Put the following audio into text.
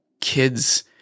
kids